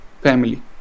Family